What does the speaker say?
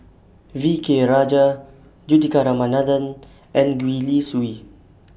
V K Rajah Juthika Ramanathan and Gwee Li Sui